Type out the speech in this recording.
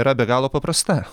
yra be galo paprasta